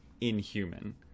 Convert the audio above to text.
inhuman